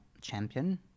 champion